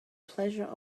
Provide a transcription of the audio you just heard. pleasure